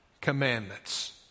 commandments